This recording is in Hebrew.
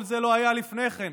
כל זה לא היה לפני כן.